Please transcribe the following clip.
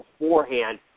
beforehand